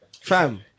Fam